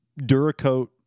duracoat